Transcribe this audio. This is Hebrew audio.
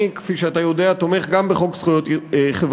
אני, כפי שאתה יודע, תומך גם בחוק זכויות חברתיות,